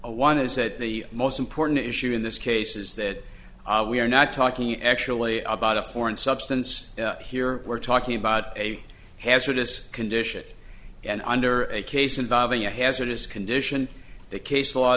one is that the most important issue in this case is that we are not talking actually about a foreign substance here we're talking about a hazardous condition and under a case involving a hazardous condition the case law